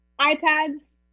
iPads